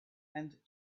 and